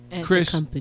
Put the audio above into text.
Chris